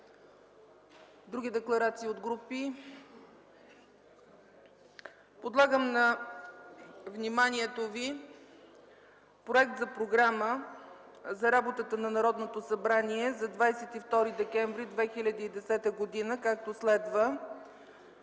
Други декларации от групи? Подлагам на вниманието ви проект за Програма за работата на Народното събрание за 22 декември 2010 г., както следва: